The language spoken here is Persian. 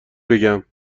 بگم